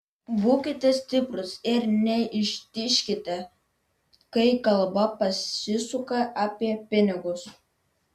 būkite stiprūs ir neištižkite kai kalba pasisuka apie pinigus